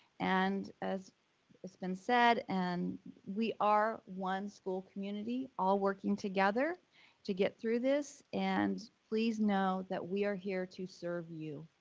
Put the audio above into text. and as it's been said, and we are one school community all working together to get through this. and please know that we are here to serve you.